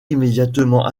immédiatement